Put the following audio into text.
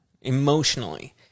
emotionally